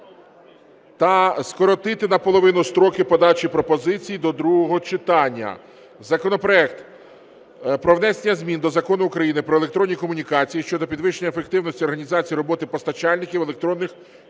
та скоротити наполовину строки подачі пропозицій до другого читання законопроект про внесення змін до Закону України "Про електронні комунікації" щодо підвищення ефективності організації роботи постачальників електронних